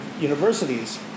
universities